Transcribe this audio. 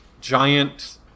giant